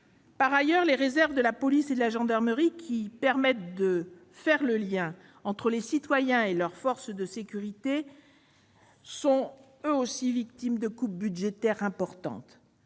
Par ailleurs, les réserves de la police et de la gendarmerie, qui assurent un lien entre les citoyens et leurs forces de sécurité, sont elles aussi victimes de coupes budgétaires importantes.